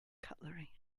cutlery